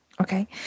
Okay